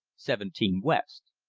seventeen west.